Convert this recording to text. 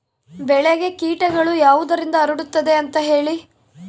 ಬೆಳೆಗೆ ಕೇಟಗಳು ಯಾವುದರಿಂದ ಹರಡುತ್ತದೆ ಅಂತಾ ಹೇಳಿ?